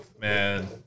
Man